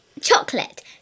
chocolate